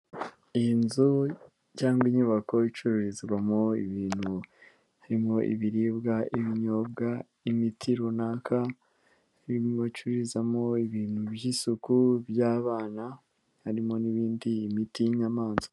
Iyi nzu cyangwa inyubako icururizwamo ibintu harimo ibiribwa, ibinyobwa, imiti runaka, harimo bacururizamo ibintu by'isuku, by'abana, harimo n'ibindi, imiti y'inyamaswa.